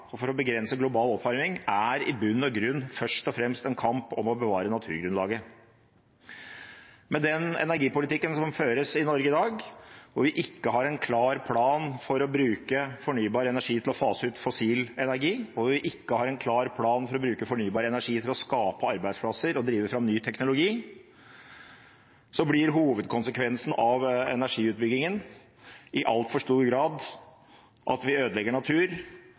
og for å begrense global oppvarming, er i bunn og grunn først og fremst en kamp om å bevare naturgrunnlaget. Med den energipolitikken som føres i Norge i dag, hvor vi ikke har en klar plan for å bruke fornybar energi til å fase ut fossil energi, og vi ikke har en klar plan for å bruke fornybar energi for å skape arbeidsplasser og drive fram ny teknologi, blir hovedkonsekvensen av energiutbyggingen i altfor stor grad at vi ødelegger natur